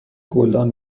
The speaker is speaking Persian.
گلدان